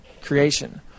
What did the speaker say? creation